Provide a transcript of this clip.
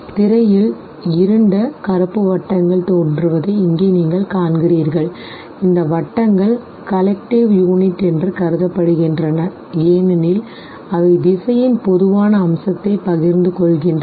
திரையில் இருண்ட கருப்பு வட்டங்கள் தோன்றுவதை இங்கே நீங்கள் காண்கிறீர்கள் இந்த வட்டங்கள் collective unit என்று கருதப்படுகின்றன ஏனெனில் அவை திசையின் பொதுவான அம்சத்தைப் பகிர்ந்து கொள்கின்றன